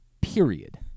period